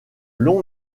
long